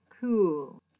cool